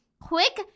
quick